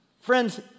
Friends